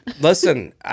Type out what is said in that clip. Listen